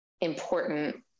important